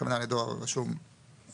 הכוונה היא לדואר רשום רגיל.